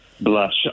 blush